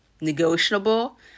negotiable